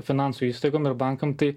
finansų įstaigom ir bankam tai